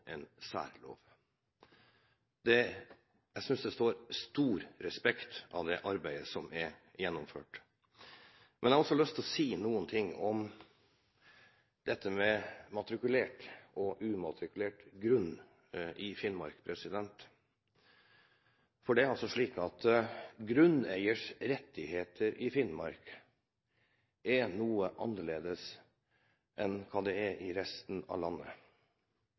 en særlov. Jeg synes det står stor respekt av det arbeidet som er gjennomført. Jeg har også lyst til å si noe om dette med matrikulert og umatrikulert grunn i Finnmark. For det er altså slik at grunneiers rettigheter i Finnmark er noe annerledes enn i resten av landet.